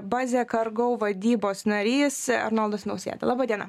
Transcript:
bazė kargou vadybos narys arnoldas nausėda laba diena